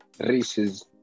races